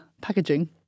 packaging